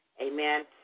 Amen